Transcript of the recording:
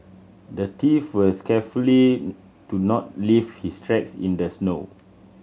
the thief was carefully to not leave his tracks in the snow